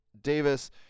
Davis